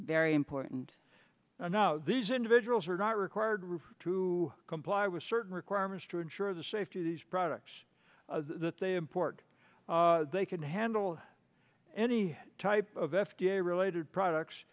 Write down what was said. very important and now these individuals are not required refuse to comply with certain requirements to ensure the safety of these products that they import they can handle any type of f d a related products